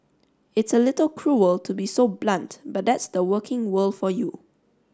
it's a little cruel to be so blunt but that's the working world for you